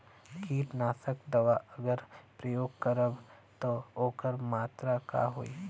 कीटनाशक दवा अगर प्रयोग करब त ओकर मात्रा का होई?